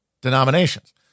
denominations